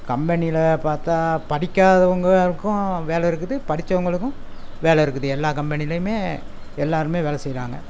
கம்பெனியில் பார்த்தா படிக்காதவங்களுக்கும் வேலை இருக்குது படிச்சவங்களுக்கும் வேலை இருக்குது எல்லா கம்பெனிலேயுமே எல்லாரும் வேலை செய்கிறாங்க